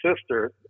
sister